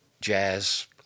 jazz